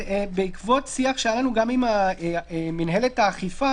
ובעקבות שיח שהיה לנו גם עם מנהלת האכיפה,